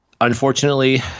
unfortunately